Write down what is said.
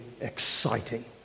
exciting